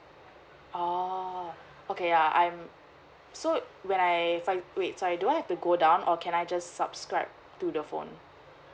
oh okay ya I'm so when I wait do I have to go down or can I just subscribe to the phone